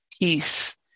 peace